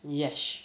yes